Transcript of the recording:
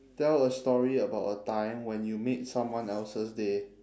tell a story about a time when you made someone else's day